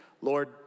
Lord